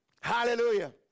Hallelujah